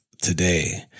Today